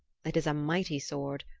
it is a mighty sword.